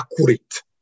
accurate